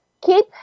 Keep